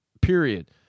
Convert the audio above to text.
period